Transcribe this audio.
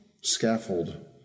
scaffold